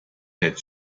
that